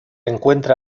encuentra